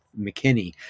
McKinney